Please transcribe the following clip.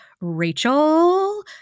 Rachel